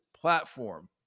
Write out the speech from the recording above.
platform